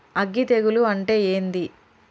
అగ్గి తెగులు అంటే ఏంది?